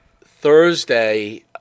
Thursday